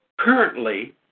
Currently